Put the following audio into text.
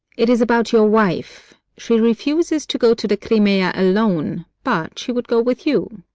it is about your wife. she refuses to go to the crimea alone, but she would go with you.